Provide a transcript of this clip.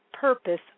purpose